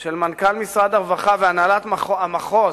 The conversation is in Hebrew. של מנכ"ל המשרד והנהלת מחוז